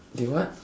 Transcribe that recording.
okay what